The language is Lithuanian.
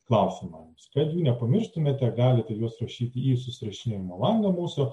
klausimam kad jų nepamirštumėte galite juos rašyti į susirašinėjimo langą mūsų